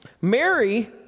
mary